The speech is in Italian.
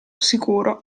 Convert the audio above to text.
sicuro